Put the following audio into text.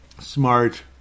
Smart